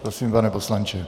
Prosím, pane poslanče.